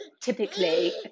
typically